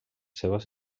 seves